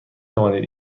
توانید